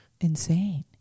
Insane